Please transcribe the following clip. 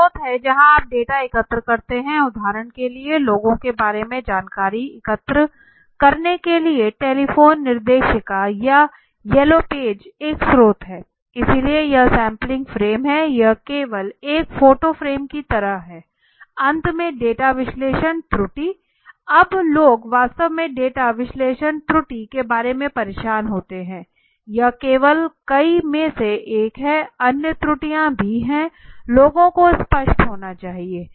एक स्रोत है जहां आप डेटा एकत्र करते हैं उदाहरण के लिए लोगों के बारे में जानकारी एकत्र करने के लिए टेलीफोन निर्देशिका या येलो पेज एक स्रोत है इसलिए यह सैंपलिंग फ्रेम है यह केवल एक फोटो फ्रेम की तरह है अंत में डेटा विश्लेषण त्रुटि अब लोग वास्तव में डेटा विश्लेषण त्रुटि के बारे में परेशान होते हैं यह केवल कई में से एक हैं अन्य त्रुटियाँ भी है लोगों को स्पष्ट होना चाहिए